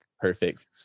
Perfect